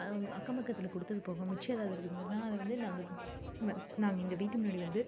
அக்கம்பக்கத்தில் கொடுத்தது போக மிச்சம் ஏதாவது இருந்ததுன்னால் அதை வந்து நாங்கள் வந் நாங்கள் எங்கள் வீட்டு முன்னாடி வந்து